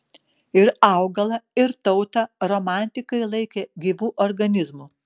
ir augalą ir tautą romantikai laikė gyvu organizmu